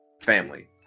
family